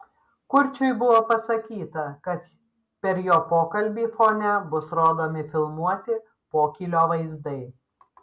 kurčiui buvo pasakyta kad per jo pokalbį fone bus rodomi filmuoti pokylio vaizdai